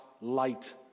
light